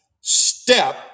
step